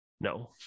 No